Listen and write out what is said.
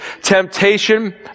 temptation